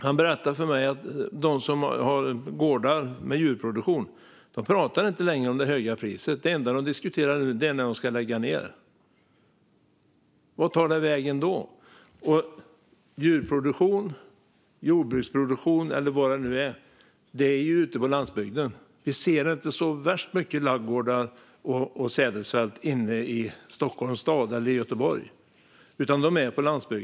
Han berättade för mig att de som har gårdar med djurproduktion inte längre pratar om det höga priset, för det enda de diskuterar är när de ska lägga ned. Vad händer då? Djurproduktion, jordbruksproduktion med mera sker ju ute på landsbygden. Vi ser inte särskilt många ladugårdar och sädesfält i centrala Stockholm eller Göteborg.